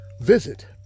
Visit